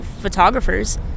photographers